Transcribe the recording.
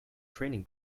training